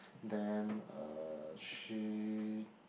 then uh she